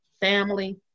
family